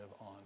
on